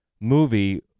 movie